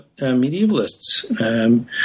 medievalists